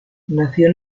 nació